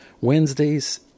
Wednesdays